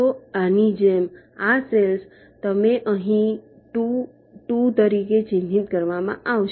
તો આની જેમ આ સેલ્સ તમને અહીં 2 2 તરીકે ચિહ્નિત કરવામાં આવશે